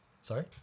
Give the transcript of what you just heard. Sorry